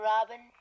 Robin